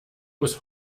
muss